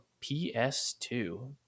PS2